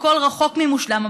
הכול רחוק ממושלם,